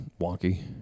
wonky